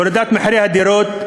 הורדת מחירי הדירות,